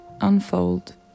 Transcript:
unfold